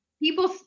People